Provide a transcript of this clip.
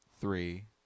three